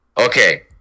Okay